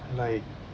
like